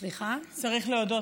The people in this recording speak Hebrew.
צריך להודות